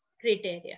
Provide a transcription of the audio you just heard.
criteria